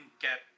get